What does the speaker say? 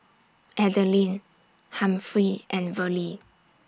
Adelyn Humphrey and Verlie